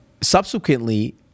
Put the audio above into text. subsequently